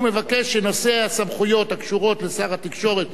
הוא מבקש שנושא הסמכויות הקשורות לשר התקשורת